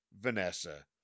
Vanessa